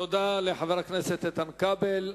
תודה לחבר הכנסת איתן כבל.